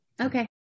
Okay